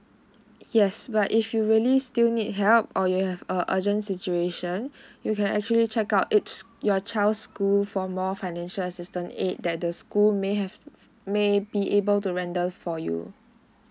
yes but if you really still need help or you have a urgent situation you can actually check out each your child's school for more financial assistant aid that the school may have may be able to render for you